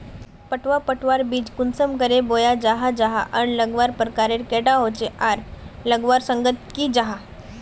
पटवा पटवार बीज कुंसम करे बोया जाहा जाहा आर लगवार प्रकारेर कैडा होचे आर लगवार संगकर की जाहा?